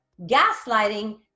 gaslighting